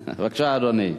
בבקשה, אדוני.